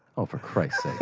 oh, for christ's